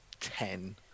ten